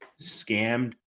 scammed